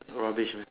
rubbish only